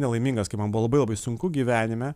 nelaimingas kai man buvo labai labai sunku gyvenime